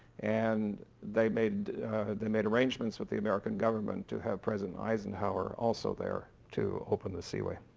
and they made they made arrangements with the american government to have president eisenhower also there to open the seaway.